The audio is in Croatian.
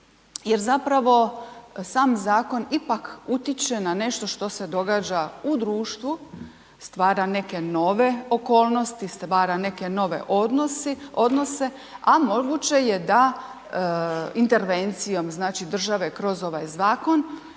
jer zapravo sam zakon ipak utječe na nešto što se događa u društvu, stvara neke nove okolnosti, stvara neke nove odnose, a moguće je da intervencijom znači države kroz ovaj zakon